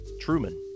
Truman